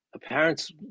parents